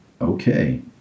Okay